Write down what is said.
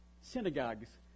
synagogues